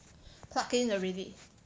plug in already